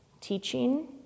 teaching